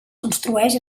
construeix